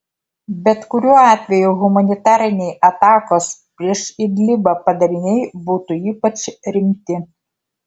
bet kuriuo atveju humanitariniai atakos prieš idlibą padariniai būtų ypač rimti